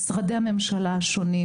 משרדי הממשלה השונים.